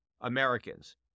Americans